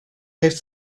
heeft